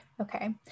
okay